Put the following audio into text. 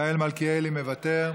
מיכאל מלכיאלי, מוותר,